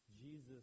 Jesus